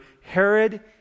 Herod